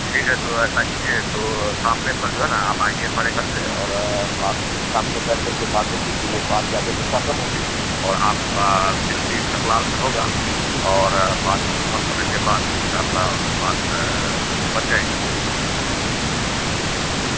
ٹھیک ہے تو ایسا کیجیے تو سامنے پر جو ہے نا آپ آئیے ہمارے گھر پہ اور سامنے بیٹھ کر کے بات ہوگی تو وہ بات زیادہ مستہقم ہوگی اور آپ کا بل بھی اسستقلال میں ہوگا اور بات مکمل ہونے کے بعد انشاء اللہ بات بن جائے گی کوئی بڑی بات نہیں ہے